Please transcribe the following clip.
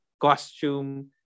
costume